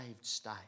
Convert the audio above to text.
state